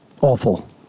Awful